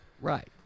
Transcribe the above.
Right